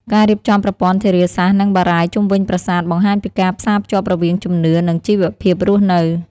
ការរៀបចំប្រព័ន្ធធារាសាស្ត្រ និងបារាយណ៍ជុំវិញប្រាសាទ បង្ហាញពីការផ្សារភ្ជាប់រវាងជំនឿ និងជីវភាពរស់នៅ។